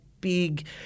big